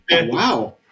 wow